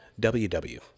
WW